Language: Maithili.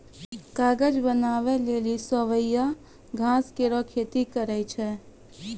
कागज बनावै लेलि सवैया घास केरो लोगें खेती करै छै